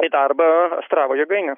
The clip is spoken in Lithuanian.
į darbą astravo jėgainę